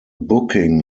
booking